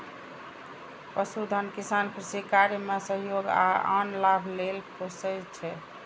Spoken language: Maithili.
पशुधन किसान कृषि कार्य मे सहयोग आ आन लाभ लेल पोसय छै